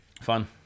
Fun